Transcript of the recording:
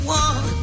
one